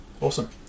awesome